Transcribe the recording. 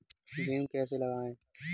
गेहूँ कैसे लगाएँ?